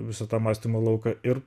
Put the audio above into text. visą tą mąstymo lauką ir